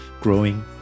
Growing